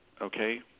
okay